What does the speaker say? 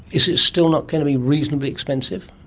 is it still not going to be reasonably expensive?